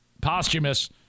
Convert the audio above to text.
posthumous